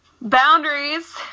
Boundaries